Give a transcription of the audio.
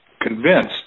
convinced